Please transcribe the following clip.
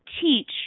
teach